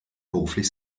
beruflich